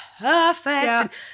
perfect